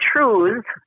truths